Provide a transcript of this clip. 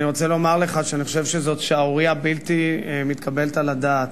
אני רוצה לומר לך שאני חושב שזאת שערורייה בלתי מתקבלת על הדעת: